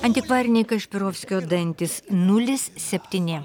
antikvariniai kašpirovskio dantys nulis septyni